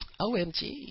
OMG